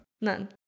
None